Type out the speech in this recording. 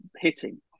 hitting